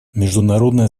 международное